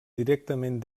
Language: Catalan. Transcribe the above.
directament